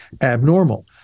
abnormal